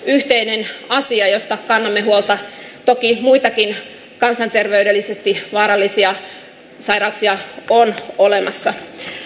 yhteinen asia josta kannamme huolta toki muitakin kansanterveydellisesti vaarallisia sairauksia on olemassa